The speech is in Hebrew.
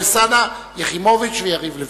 בבקשה.